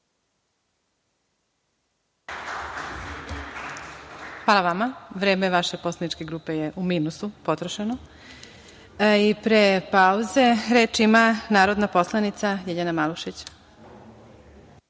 Hvala. Vreme vaše poslaničke grupe je u minusu, potrošeno. Pre pauze, reč ima narodna poslanica Ljiljana Malušić.